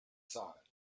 zahlen